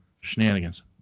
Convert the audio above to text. shenanigans